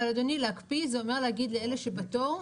אבל אדוני להקפיא זה אומר להגיד לאלה שבתור,